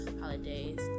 holidays